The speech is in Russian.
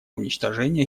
уничтожения